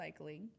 recycling